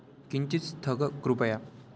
किञ्चित् स्थग कृपया